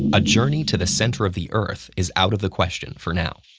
a journey to the center of the earth is out of the question for now.